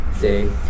day